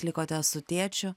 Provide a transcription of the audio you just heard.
likote su tėčiu